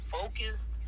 focused